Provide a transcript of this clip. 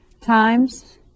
times